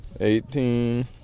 Eighteen